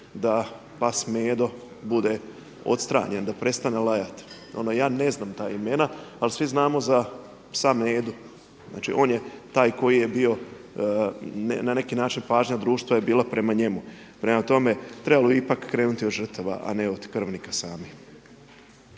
da pas Medo bude odstranjen, da prestane lajati. Ono ja ne znam ta imena, ali svi znamo za psa Medu. Znači, on je taj koji je bio na neki način pažnja društva je bila prema njemu. Prema tome, trebalo bi ipak krenuti od žrtava, a ne od krvnika samih.